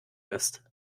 ist